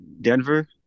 denver